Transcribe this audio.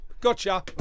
gotcha